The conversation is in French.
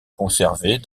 conservées